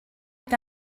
est